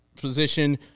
position